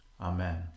Amen